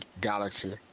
Galaxy